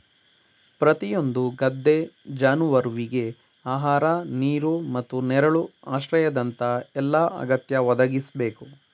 ಪ್ರತಿಯೊಂದು ಗದ್ದೆ ಜಾನುವಾರುವಿಗೆ ಆಹಾರ ನೀರು ಮತ್ತು ನೆರಳು ಆಶ್ರಯದಂತ ಎಲ್ಲಾ ಅಗತ್ಯ ಒದಗಿಸ್ಬೇಕು